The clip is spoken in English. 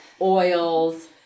oils